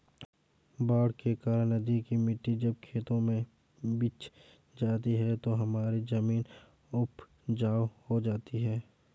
बाढ़ के कारण नदी की मिट्टी जब खेतों में बिछ जाती है तो हमारी जमीन उपजाऊ हो जाती है